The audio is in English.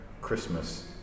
Christmas